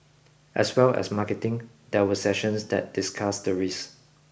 as well as marketing there were sessions that discussed the risk